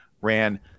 ran